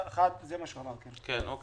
זה מה שהוא אמר, כן.